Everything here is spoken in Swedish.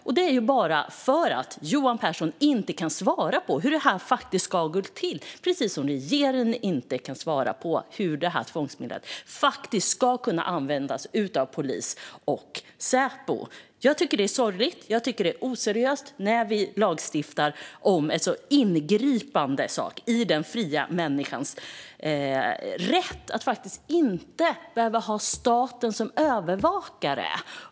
Det är bara för att Johan Pehrson inte kan svara på hur det här faktiskt ska gå till, precis som regeringen inte kan svara på hur detta tvångsmedel faktiskt ska kunna användas av polis och Säpo. Jag tycker att det är sorgligt. Jag tycker att det är oseriöst när vi lagstiftar om en så här ingripande sak. Det handlar om den fria människans rätt att inte behöva ha staten som övervakare.